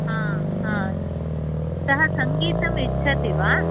हा हा सः सङ्गीतम् इच्छति वा